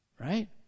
Right